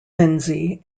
lindsay